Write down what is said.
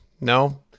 No